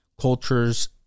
cultures